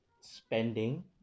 spending